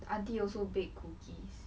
aunty also bake cookies